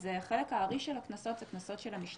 אז חלק הארי של הקנסות זה קנסות של המשטרה,